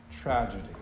tragedy